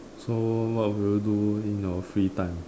so what will you do in your free time